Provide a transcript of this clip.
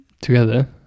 together